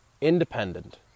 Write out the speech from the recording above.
independent